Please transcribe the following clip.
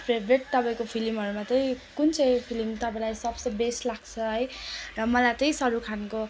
favourite तपाईँको फिल्महरूमा त्यही कुन चाहिँ फिल्म तपाईँलाई सबसे बेस्ट लाग्छ है र मलाई त्यही शाहरुख खानको